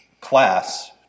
class